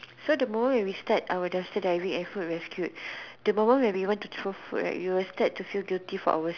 so the moment we start we start our dumpster diving and food rescued the moment when we went to throw food right you will start to feel guilty for our